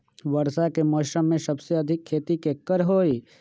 वर्षा के मौसम में सबसे अधिक खेती केकर होई?